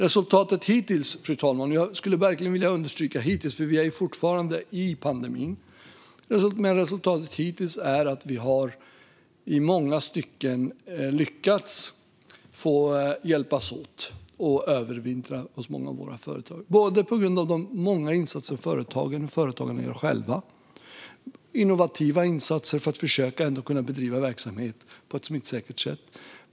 Resultatet hittills - jag vill verkligen understryka hittills, eftersom vi fortfarande är i pandemin - är att vi i många stycken har lyckats hjälpa många av våra företag att övervintra. Det beror bland annat på många av de innovativa insatser som företagen själva har gjort för att ändå försöka att bedriva verksamheten på ett smittsäkert sätt.